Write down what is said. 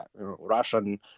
Russian